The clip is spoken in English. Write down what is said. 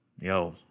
yo